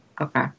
Okay